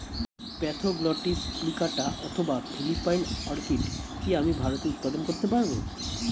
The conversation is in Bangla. স্প্যাথোগ্লটিস প্লিকাটা অথবা ফিলিপাইন অর্কিড কি আমি ভারতে উৎপাদন করতে পারবো?